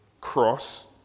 cross